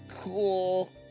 cool